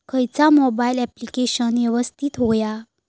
खयचा mobile application यवस्तित होया?